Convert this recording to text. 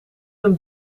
een